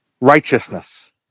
righteousness